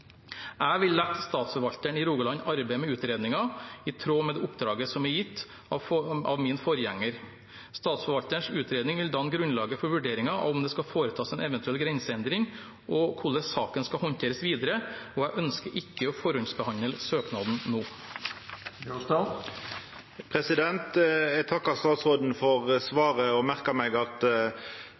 Jeg vil la Statsforvalteren i Rogaland arbeide med utredningen, i tråd med det oppdraget som er gitt av min forgjenger. Statsforvalterens utredning vil danne grunnlaget for vurderingen av om det skal foretas en eventuell grenseendring, og hvordan saken skal håndteres videre, og jeg ønsker ikke å forhåndsbehandle søknaden nå. Eg takkar statsråden for svaret og merkar meg at